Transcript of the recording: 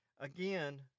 again